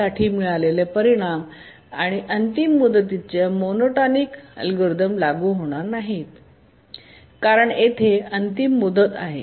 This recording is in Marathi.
साठी मिळालेले परिणाम अंतिम मुदतीच्या मोनोटोनिक अल्गोरिदम लागू होणार नाहीत कारण येथे अंतिम मुदत आहे